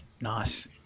Nice